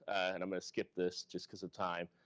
and i'm gonna skip this just because of time,